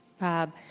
Bob